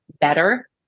better